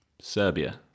Serbia